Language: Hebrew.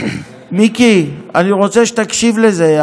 מיקי, אני רוצה שתקשיב לזה.